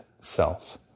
self